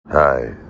Hi